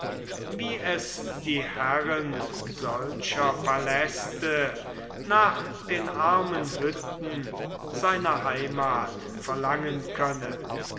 wie es die herren solcher paläste nach den armen hütten seiner heimat verlangen könne